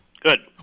Good